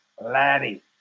laddie